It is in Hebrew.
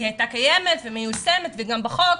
היא הייתה קיימת ומיושמת וגם בחוק,